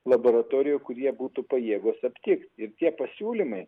laboratorijų kurie būtų pajėgūs aptikti ir tie pasiūlymai